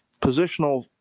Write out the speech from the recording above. positional –